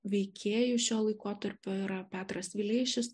veikėjų šio laikotarpio yra petras vileišis